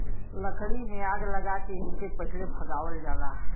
लकड़ी में आग लगा के इनके पहिले भगावल जाला